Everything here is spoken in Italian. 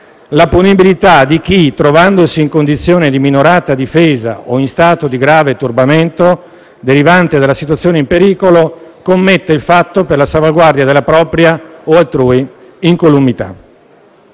la punibilità di chi, trovandosi in condizione di minorata difesa o in stato di grave turbamento derivante della situazione di pericolo, commette il fatto per la salvaguardia della propria o altrui incolumità.